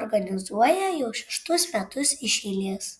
organizuoja jau šeštus metus iš eilės